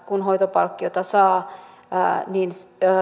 kun hoitopalkkiota saa niin